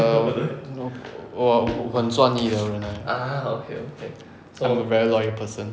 err no 我我很专一的人来的 I'm a very loyal person